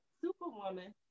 Superwoman